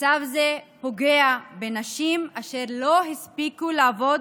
מצב זה פוגע בנשים אשר לא הספיקו לעבוד